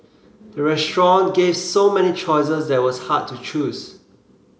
the restaurant gave so many choices that was hard to choose